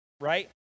right